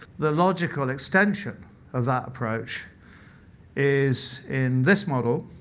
the logical extension of that approach is in this model,